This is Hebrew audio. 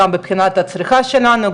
גם מבחינת הצריכה שלנו,